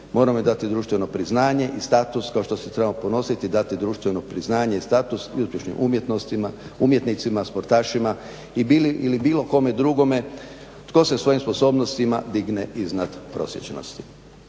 moramo im dati društveno priznanje i status kao što se trebamo ponositi i dati društveno priznanje i status i uspješnim umjetnicima, sportašima ili bilo kome drugome tko se svojim sposobnostima digne iznad prosječnosti.